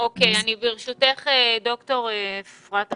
ד"ר אפרת אפללו,